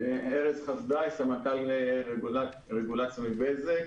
סמנכ"ל רגולציה בבזק.